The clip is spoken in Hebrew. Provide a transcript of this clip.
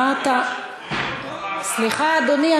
מה אתה, רגע, סליחה, סליחה, אדוני.